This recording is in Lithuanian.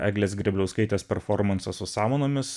eglės grėbliauskaitės performansas su samanomis